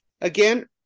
again